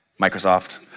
Microsoft